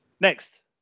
Next